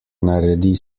naredi